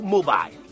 Mobile